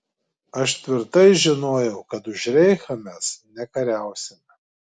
aš tvirtai žinojau kad už reichą mes nekariausime